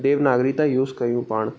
देवनागरी था यूस कयूं पाण